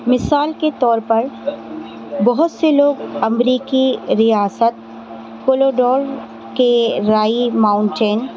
مثال کے طور پر بہت سے لوگ امریکی ریاست کلوڈور کے رائی ماؤنٹین